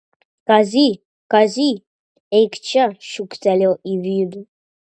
kazy kazy eik čia šūktelėjo į vidų